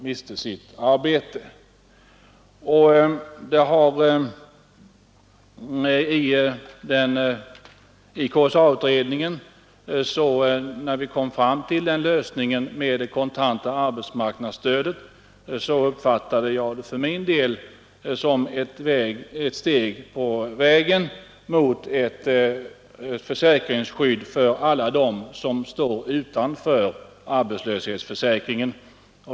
När vi i KSA-utredningen kom fram till lösningen med det kontanta arbetsmarknadsstödet uppfattade jag det för min del som en uppföljning av detta krav och ett steg på vägen mot ett försäkringsskydd för alla dem som står utanför arbetslöshetsförsäkringen.